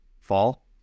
fall